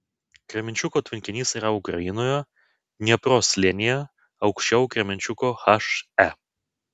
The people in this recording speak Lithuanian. kremenčuko tvenkinys yra ukrainoje dniepro slėnyje aukščiau kremenčuko he